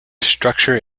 structure